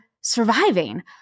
surviving